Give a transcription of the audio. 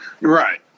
Right